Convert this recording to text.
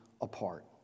apart